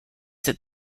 that